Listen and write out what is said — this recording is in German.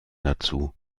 dazu